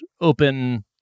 open